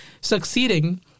succeeding